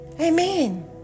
Amen